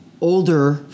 older